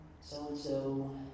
so-and-so